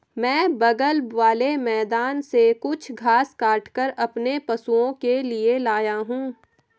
मैं बगल वाले मैदान से कुछ घास काटकर अपने पशुओं के लिए लाया हूं